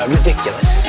ridiculous